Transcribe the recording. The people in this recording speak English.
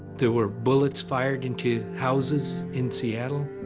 there were bullets fired into houses in seattle.